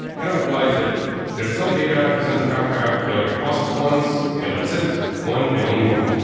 kind of implies that there are some data you send to kafka. it will get processed once, and that's it. one and only one.